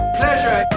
pleasure